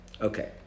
okay